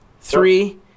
three